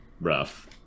Rough